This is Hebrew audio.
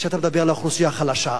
כשאתה מדבר על האוכלוסייה החלשה.